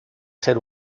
ser